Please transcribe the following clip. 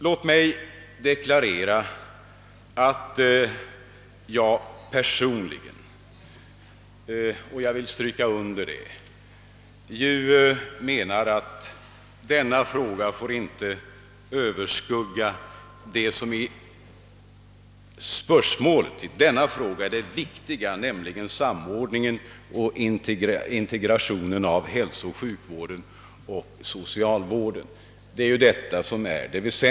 Jag vill gärna deklarera att jag personligen menar att denna fråga inte får överskugga det som i detta sammanhang är det väsentliga, nämligen samordningen och integrationen av hälsooch sjukvården och socialvården.